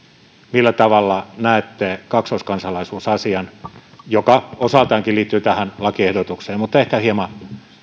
millä tavalla näette kaksoiskansalaisuusasian joka osaltaankin liittyy tähän lakiehdotukseen mutta ehkä hieman